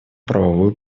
правовую